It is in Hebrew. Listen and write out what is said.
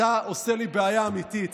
אתה עושה לי בעיה אמיתית,